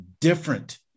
different